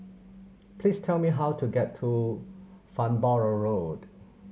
please tell me how to get to Farnborough Road